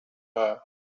her